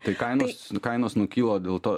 tai kainos kainos nu kyla dėl to